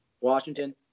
Washington